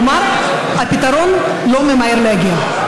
כלומר, הפתרון לא ממהר להגיע.